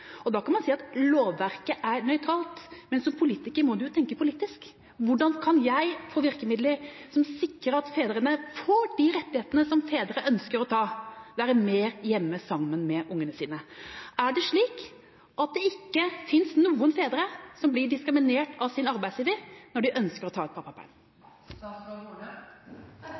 Da kan man si at lovverket er nøytralt, men som politiker må man tenke politisk: Hvordan kan jeg få virkemidler som sikrer at fedrene får de rettighetene som fedre ønsker, til å være mer hjemme med ungene sine? Er det slik at det ikke finnes noen fedre som blir diskriminert av sin arbeidsgiver når de ønsker å ta ut pappaperm?